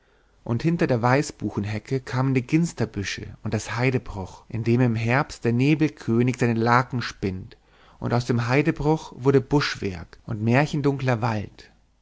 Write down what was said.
und hinter der weißbuchenhecke kamen die ginsterbüsche und das heidebruch in dem im herbst der nebelkönig seine laken spinnt und aus dem heidebruch wurde buschwerk und märchendunkler wald